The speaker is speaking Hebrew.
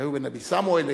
שהיו בנבי-סמואל.